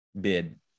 bid